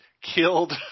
killed